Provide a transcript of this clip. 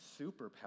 superpower